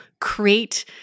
create